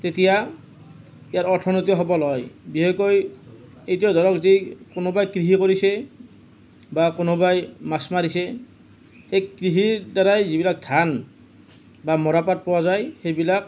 তেতিয়া ইয়াৰ অৰ্থনীতি সবল হয় বিশেষকৈ এতিয়া ধৰক যি কোনোবাই কৃষি কৰিছে বা কোনোবাই মাছ মাৰিছে সেই কৃষিৰ দ্বাৰাই যিবিলাক ধান বা মৰাপাট পোৱা যায় সেইবিলাক